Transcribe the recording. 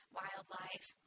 wildlife